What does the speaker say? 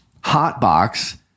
hotbox